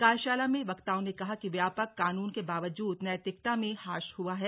कार्यशाला में वक्ताओं ने कहा कि व्यापक कानूनों के बावजूद नैतिकता में हास हुआ है